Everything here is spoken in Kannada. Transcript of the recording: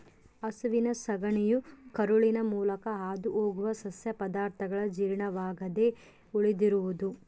ಹಸುವಿನ ಸಗಣಿಯು ಕರುಳಿನ ಮೂಲಕ ಹಾದುಹೋಗುವ ಸಸ್ಯ ಪದಾರ್ಥಗಳ ಜೀರ್ಣವಾಗದೆ ಉಳಿದಿರುವುದು